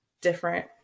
different